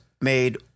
made